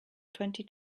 twenty